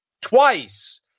twice